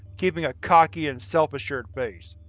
keeping a cocky and self-assured face.